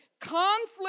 Conflict